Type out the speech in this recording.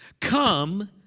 Come